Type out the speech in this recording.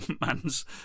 man's